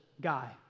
guy